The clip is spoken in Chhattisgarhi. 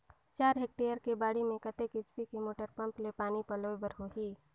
चार हेक्टेयर के बाड़ी म कतेक एच.पी के मोटर पम्म ले पानी पलोय बर होही?